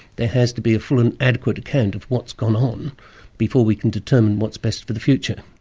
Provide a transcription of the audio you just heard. there has to be a full and adequate account of what's gone on before we can determine what's best for the future.